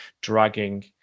dragging